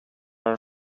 are